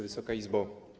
Wysoka Izbo!